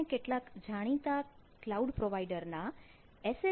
હવે આપણે કેટલાક જાણીતા ક્લાઉડ પ્રોવાઇડર ના એસ